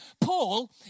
Paul